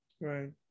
Right